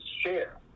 share